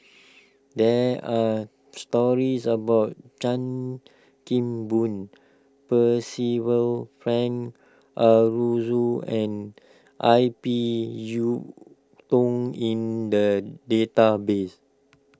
there are stories about Chan Kim Boon Percival Frank Aroozoo and I P Yiu Tung in the database